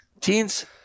Teens